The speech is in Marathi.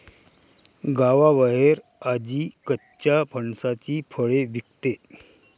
गावाबाहेर आजी कच्च्या फणसाची फळे विकते